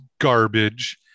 Garbage